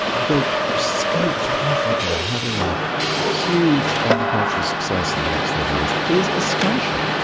the scope for africa having a huge agricultural success in the next thirty years is astonishing.